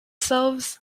themselves